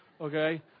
Okay